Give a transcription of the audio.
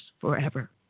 forever